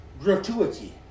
gratuity